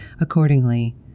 accordingly